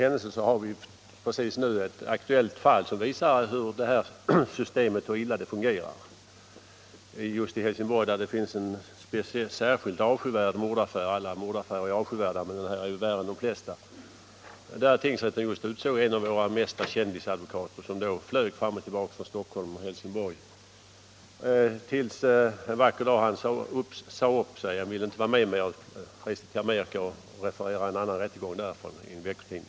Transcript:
Just nu har vi av en händelse ett aktuellt fall, som visar hur illa detta system fungerar. I Helsingborg handläggs f. n. en speciellt avskyvärd mordaffär. Alla mordaffärer är avskyvärda, men denna är värre än de flesta. Och där har tingsrätten utsett en av våra populäraste kändisadvokater, som har flugit fram och tillbaka mellan Stockholm och Helsingborg, ända till dess han en vacker dag avsade sig uppdraget. Han ville inte vara med längre utan reste till Amerika för att referera ett annat rättsfall för en veckotidning.